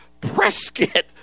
Prescott